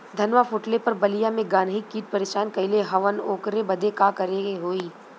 धनवा फूटले पर बलिया में गान्ही कीट परेशान कइले हवन ओकरे बदे का करे होई?